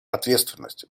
ответственность